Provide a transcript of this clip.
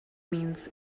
means